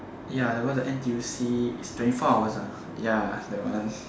ya because the N_T_U_C is twenty four hours ah ya that one